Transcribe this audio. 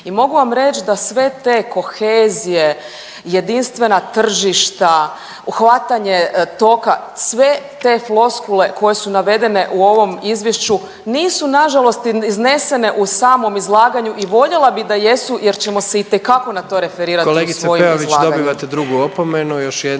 i mogu vam reć da sve te kohezije, jedinstvena tržišta, hvatanje toka sve te floskule koje su navedene u ovom izvješću nisu nažalost iznesene u samom izlaganju i voljela bi da jesu jer ćemo se itekako na to referirat u svojim izlaganjima.